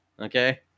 okay